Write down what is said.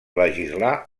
legislar